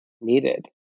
needed